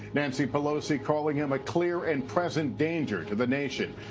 nancy pelosi calling him a clear and present danger to the nation.